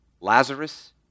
Lazarus